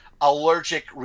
allergic